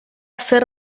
zer